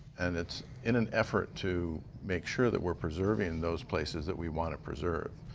and it's in an effort to make sure that we're preserving those places that we want to preserve.